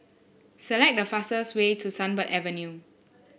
select the fastest way to Sunbird Avenue